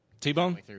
T-Bone